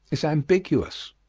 is ambiguous.